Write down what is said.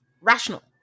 rational